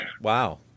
Wow